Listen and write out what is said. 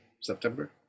September